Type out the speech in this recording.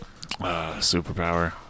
Superpower